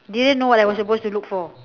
didn't know what I was supposed to look for